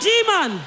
Demon